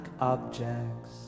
objects